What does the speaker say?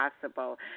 possible